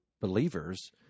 believers